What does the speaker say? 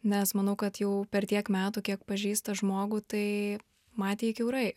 nes manau kad jau per tiek metų kiek pažįsta žmogų tai matė jį kiaurai